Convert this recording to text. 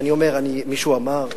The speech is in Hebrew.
מישהו אמר,